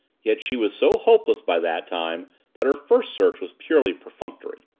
yet she was so hopeless by that time that her first search was purely perfunctory.